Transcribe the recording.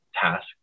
task